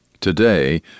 Today